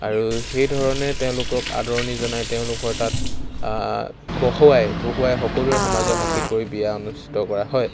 আৰু সেইধৰণে তেওঁলোকক আদৰণি জনাই তেওঁলোকৰ তাত বহুৱাই বহুৱাই সকলোৰে সমাজক সাক্ষী কৰি বিয়া অনুষ্ঠিত কৰা হয়